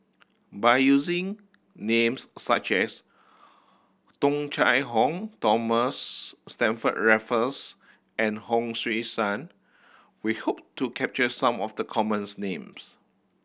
by using names such as Tung Chye Hong Thomas Stamford Raffles and Hon Sui Sen we hope to capture some of the commons names